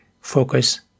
focus